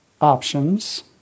options